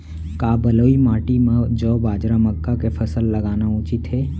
का बलुई माटी म जौ, बाजरा, मक्का के फसल लगाना उचित हे?